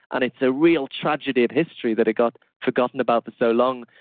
and it's a real tragedy of history that it got forgotten about for so long,